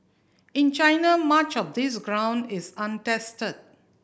in China much of this ground is untested